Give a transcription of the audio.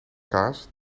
kaas